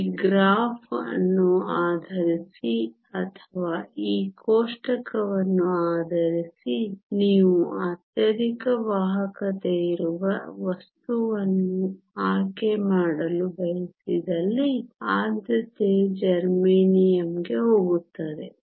ಈ ಗ್ರಾಫ್ ಅನ್ನು ಆಧರಿಸಿ ಅಥವಾ ಈ ಕೋಷ್ಟಕವನ್ನು ಆಧರಿಸಿ ನೀವು ಅತ್ಯಧಿಕ ವಾಹಕತೆಯಿರುವ ವಸ್ತುವನ್ನು ಆಯ್ಕೆ ಮಾಡಲು ಬಯಸಿದಲ್ಲಿ ಆದ್ಯತೆ ಜೆರ್ಮೇನಿಯಂಗೆ ಹೋಗುತ್ತದೆ